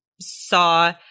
saw